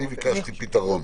אני מבקש פתרון.